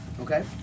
okay